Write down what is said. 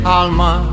alma